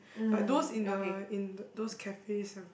but those in the in those cafes are